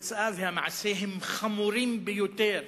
התוצאה והמעשה הם חמורים ביותר.